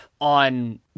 on